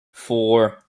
four